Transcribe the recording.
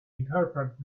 interpret